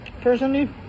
personally